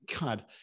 God